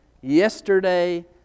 yesterday